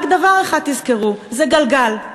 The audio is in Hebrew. רק דבר אחד תזכרו: זה גלגל,